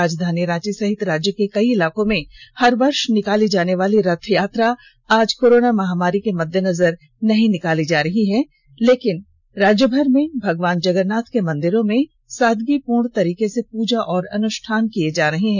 राजधानी रांची सहित राज्य के कई इलाकों में हर वर्ष निकाली जाने वाली रथ यात्रा आज कोरोना महामारी के मददेनजर नहीं निकाली जा रही है लेकिन राज्यभर में भगवान जगन्नाथ के मंदिरों में सादगी पूर्ण तरीके से पूजा और अनुष्ठान किए जा रहे हैं